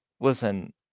Listen